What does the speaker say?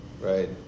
right